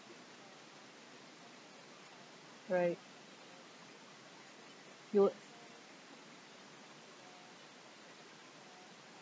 right it works